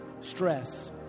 stress